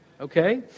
Okay